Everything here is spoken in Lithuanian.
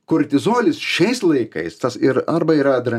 kortizolis šiais laikais tas ir arba yra